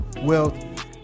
Wealth